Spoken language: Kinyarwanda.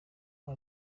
abe